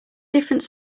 different